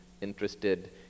interested